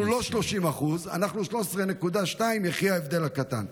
אנחנו לא 30%, אנחנו 13.2% יחי ההבדל הקטן.